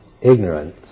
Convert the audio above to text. ignorance